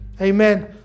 Amen